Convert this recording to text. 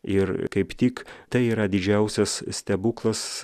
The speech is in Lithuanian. ir kaip tik tai yra didžiausias stebuklas